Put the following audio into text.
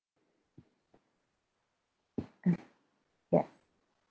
ya